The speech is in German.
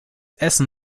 essen